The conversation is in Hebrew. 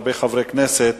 שהרבה חברי כנסת